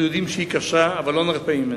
אנו יודעים שהיא קשה, אבל לא נרפה ממנה.